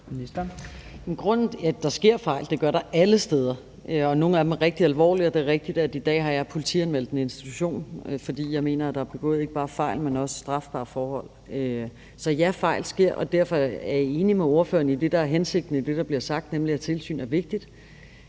(Pernille Rosenkrantz-Theil): Der sker fejl, det gør der alle steder, og nogle af dem er rigtig alvorlige. Det er rigtigt, at jeg i dag har politianmeldt en institution, fordi jeg mener der er begået ikke bare fejl, men også strafbare forhold. Så ja, fejl sker. Derfor er jeg enig med ordføreren i det, der er hensigten med det, der bliver sagt, nemlig at tilsyn er vigtigt.